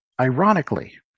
ironically